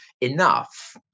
enough